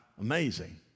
amazing